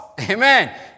Amen